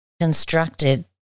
constructed